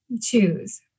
Choose